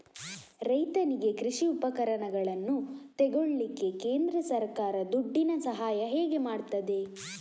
ರೈತನಿಗೆ ಕೃಷಿ ಉಪಕರಣಗಳನ್ನು ತೆಗೊಳ್ಳಿಕ್ಕೆ ಕೇಂದ್ರ ಸರ್ಕಾರ ದುಡ್ಡಿನ ಸಹಾಯ ಹೇಗೆ ಮಾಡ್ತದೆ?